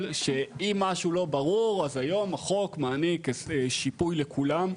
שאם משהו לא ברור אז היום החוק מעניק שיפוי לכולם,